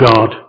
God